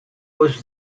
was